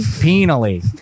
Penally